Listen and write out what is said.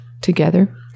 together